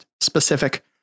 specific